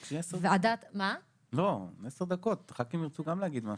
תבקשי 10 דקות כי גם חברי הכנסת ירצו להגיד משהו.